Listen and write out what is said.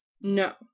No